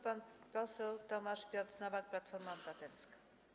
Pan poseł Tomasz Piotr Nowak, Platforma Obywatelska.